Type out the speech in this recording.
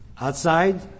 Outside